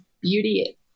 beauty